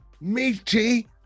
meaty